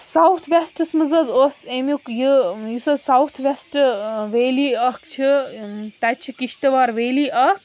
south ویٚسٹَس منٛز حظ اوس اَمیُک یہِ یُس حظ ساوُتھ ویسٹ ویلی اَکھ چھِ تَتہِ چھِ کِشتوار ویلی اَکھ